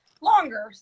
longer